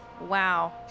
Wow